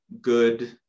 good